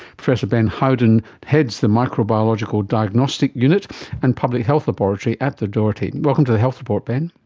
professor ben howden heads the microbiological diagnostic unit and public health laboratory at the doherty. welcome to the health report, ben.